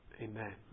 Amen